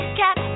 cat